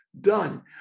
done